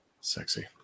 Sexy